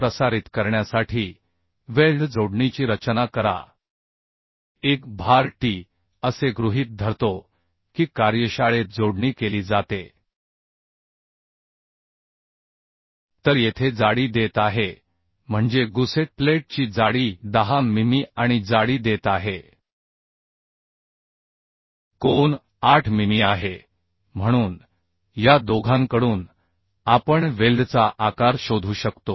प्रसारित करण्यासाठी वेल्ड जोडणीची रचना करा एक भार T असे गृहीत धरतो की कार्यशाळेत जोडणी केली जाते तर येथे जाडी देत आहे म्हणजे गुसेट प्लेटची जाडी 10 मिमी आणि जाडी देत आहे कोन 8 मिमी आहे म्हणून या दोघांकडून आपण वेल्डचा आकार शोधू शकतो